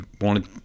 wanted